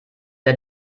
der